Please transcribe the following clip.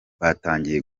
batangiye